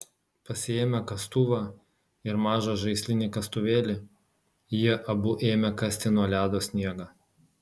pasiėmę kastuvą ir mažą žaislinį kastuvėlį jie abu ėmė kasti nuo ledo sniegą